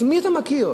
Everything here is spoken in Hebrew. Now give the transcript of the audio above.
אז מי אתה מכיר,